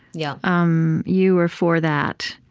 yeah um you were for that,